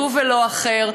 הוא ולא אחר,